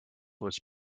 was